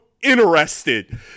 interested